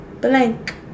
blank